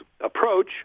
approach